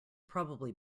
probably